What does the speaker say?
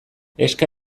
eska